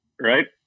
Right